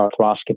arthroscopy